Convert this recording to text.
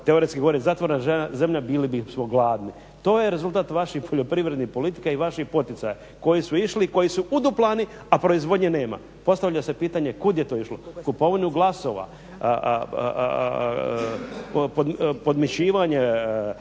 teoretski govorim zatvorena zemlja bili bismo gladni. To je rezultat vaših poljoprivrednih politika i vaših poticaja koji su išli i koji su uduplani a proizvodnje nema. Postavlja se pitanje kud je to išlo? U kupovinu glasova? Podmićivanje